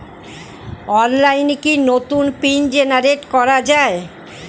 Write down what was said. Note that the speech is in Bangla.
অনলাইনে কি নতুন পিন জেনারেট করা যায়?